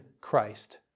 Christ